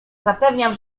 zapewniam